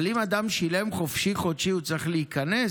אבל אם אדם שילם חופשי-חודשי, הוא צריך להיקנס?